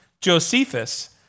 Josephus